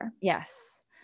Yes